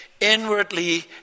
inwardly